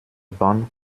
bahn